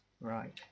Right